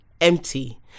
empty